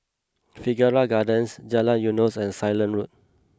Figaro Gardens Jalan Eunos and Ceylon Road